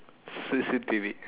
C_C_T_V